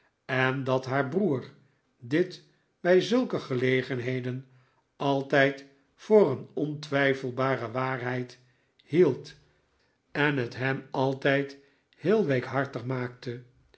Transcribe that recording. en dat haar broer dit bij zulke gelegenheden altijd voor een ontwijfelbare waarheid hield en het hem altijd heel weekhartig maakte